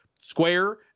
Square